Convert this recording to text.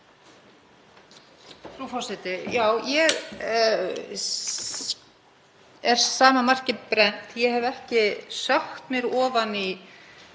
Frú forseti. Já, ég er sama marki brennd, ég hef ekki sökkt mér ofan í